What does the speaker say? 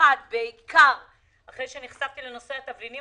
נחשפתי לענף התבלינים,